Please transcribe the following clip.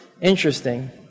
Interesting